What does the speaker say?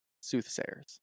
Soothsayers